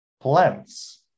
plants